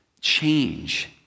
change